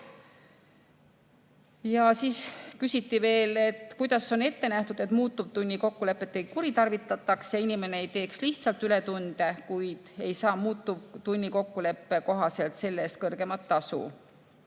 Küsiti veel, kuidas on ette nähtud, et muutuvtunnikokkulepet ei kuritarvitataks, et inimene teeb lihtsalt ületunde, kuid ei saa muutuvtunnikokkuleppe kohaselt selle eest kõrgemat tasu,